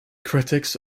critics